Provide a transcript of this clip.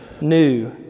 new